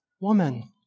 woman